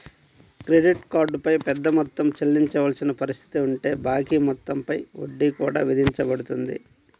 credit card పై పెద్ద మొత్తం చెల్లించవలసిన పరిస్థితి ఉంటే బాకీ మొత్తం పై వడ్డీ కూడా విధించబడుతుంది